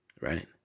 right